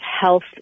health